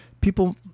people